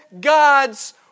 God's